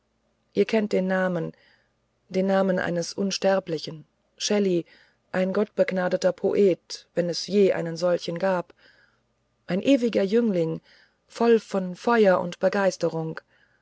ihr kennt den namen den namen eines unsterblichen shelley ein gottbegnadeter poet wenn es je einen gab ein ewiger jüngling voll von feuer und begeisterung